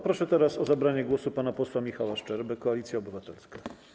Proszę o zabranie głosu pana posła Michała Szczerbę, Koalicja Obywatelska.